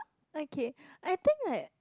okay I think that